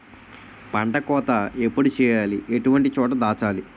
పంట కోత ఎప్పుడు చేయాలి? ఎటువంటి చోట దాచాలి?